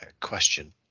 question